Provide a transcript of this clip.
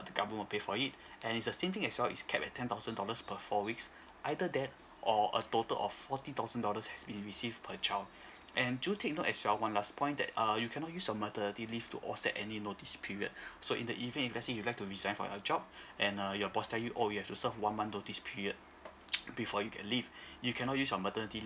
the government will pay for it and it's the same thing as well it's capped at ten thousand dollars per four weeks either that or a total of forty thousand dollars has been received per child and do take note as well one last point that err you cannot use your maternity leave to offset any notice period so in the event if let's say you'll like to resign from your job and uh your boss tell you oh you've to serve one month notice period before you can leave you cannot use your maternity